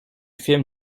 film